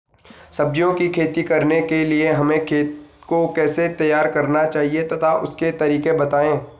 सब्जियों की खेती करने के लिए हमें खेत को कैसे तैयार करना चाहिए तथा उसके तरीके बताएं?